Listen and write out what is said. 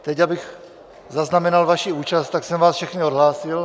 Teď abych zaznamenal vaši účast, tak jsem vás všechny odhlásil.